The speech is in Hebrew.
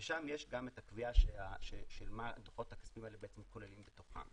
ושם יש גם את הקביעה של מה הדוחות הכספיים האלה כוללים בתוכם.